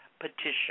petition